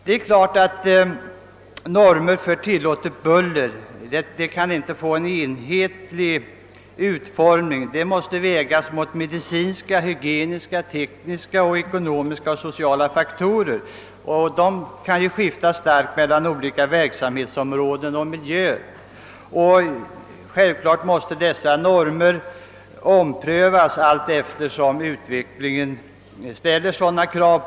Det är klart att normer för tillåtet buller inte kan få en enhetlig utformning; de måste vägas mot medicinska, hygieniska, tekniska, ekonomiska och sociala faktorer, och dessa kan skifta starkt inom olika verksamhetsområden och miljöer. Givetvis måste dessa normer omprövas allteftersom utvecklingen ställer sådana krav.